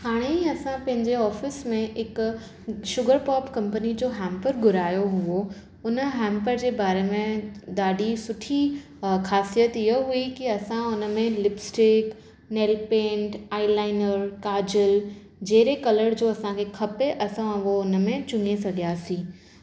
हाणे असां पंहिंजे ऑफ़िस में हिकु शुगर पॉप कम्पनी जो हैम्पर घुरायो हुओ हुन हैम्पर जे बारे में ॾाढी सुठी ख़ासियत इअं हुई कि असां हुन में लिपस्टिक नेलपेंट आइलाइनर काजल जहिड़े कलर जो असांखे खपे असां उहो हुन में चुने सघियांसीं